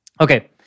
Okay